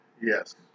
Yes